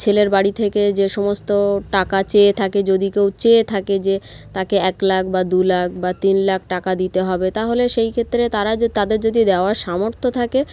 ছেলের বাড়ি থেকে যে সমস্ত টাকা চেয়ে থাকে যদি কেউ চেয়ে থাকে যে তাকে এক লাখ বা দু লাখ বা তিন লাখ টাকা দিতে হবে তাহলে সেই ক্ষেত্রে তারা যে তাদের যদি দেওয়ার সামর্থ্য থাকে